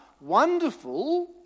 wonderful